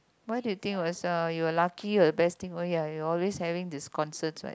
what did you think was uh you were lucky or the best thing oh ya you are always having this concert right